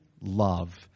love